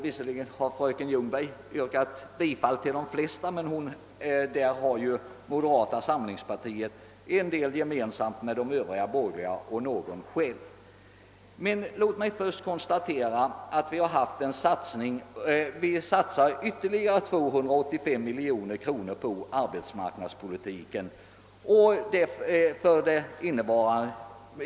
Visserligen har fröken Ljungberg yrkat bifall till de flesta. Moderata samlingspartiet har därvidlag en del gemensamt med de övriga borgerliga partierna. Låt mig först konstatera att vi satsar ytterligare på arbetsmarknadspolitiken.